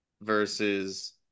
versus